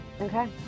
Okay